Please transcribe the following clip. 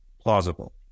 plausible